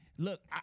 Look